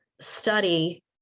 study